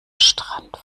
strand